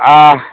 आ